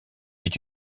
est